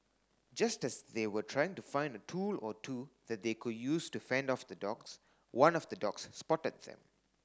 just as they were trying to find a tool or two that they could use to fend off the dogs one of the dogs spotted them